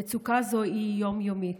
המצוקה הזו היא יום-יומית.